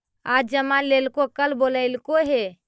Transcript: आज जमा लेलको कल बोलैलको हे?